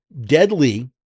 deadly